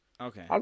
Okay